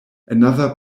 another